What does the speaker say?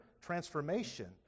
transformation